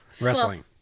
Wrestling